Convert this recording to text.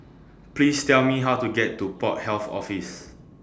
Please Tell Me How to get to Port Health Office